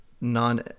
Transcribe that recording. non